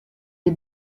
est